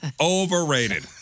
Overrated